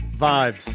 vibes